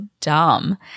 dumb